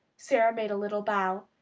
sara made a little bow.